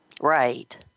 Right